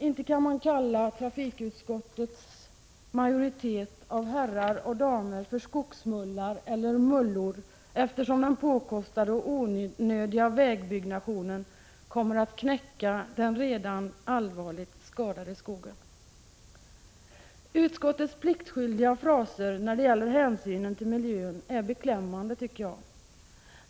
Inte kan man kalla herrarna och damerna i trafikutskottets majoritet för Skogsmullar eller mullor, eftersom den påkostade och onödiga vägbyggnationen kommer att knäcka den redan allvarligt skadade skogen. Utskottets pliktskyldiga fraser när det gäller hänsynen till miljön är beklämmande, tycker jag.